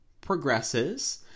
progresses